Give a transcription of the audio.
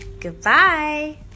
Goodbye